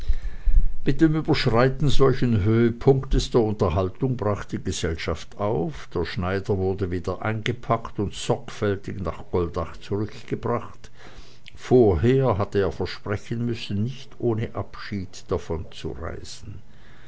mit dem überschreiten solchen höhepunktes der unterhaltung brach die gesellschaft auf der schneider wurde wieder eingepackt und sorgfältig nach goldach zurückgebracht vorher hatte er versprechen müssen nicht ohne abschied davonzureisen